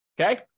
okay